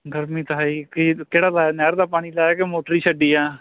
ਗਰਮੀ ਤਾਂ ਹੈ ਹੀ ਵੀ ਕਿਹੜਾ ਲਾਇਆ ਨਹਿਰ ਦਾ ਪਾਣੀ ਲਾਇਆ ਕਿ ਮੋਟਰ ਹੀ ਛੱਡੀ ਆ